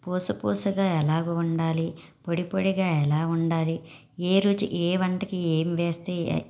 పూస పూసగా ఎలాగ వండాలి పొడిపొడిగా ఎలా వండాలి ఏ రుచి ఏ వంటకి ఏం వేస్తే